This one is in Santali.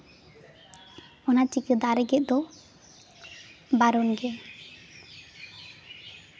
ᱚᱱᱟ ᱪᱤᱠᱟᱹ ᱫᱟᱨᱮ ᱜᱮᱫ ᱫᱚ ᱵᱟᱨᱚᱱ ᱜᱮ